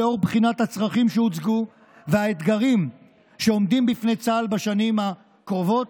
ולאחר בחינת הצרכים שהוצגו והאתגרים שעומדים בפני צה"ל בשנים הקרובות,